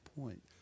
point